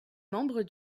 membre